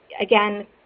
Again